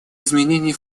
изменений